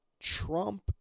Trump